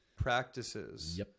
practices